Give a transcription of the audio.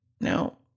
Now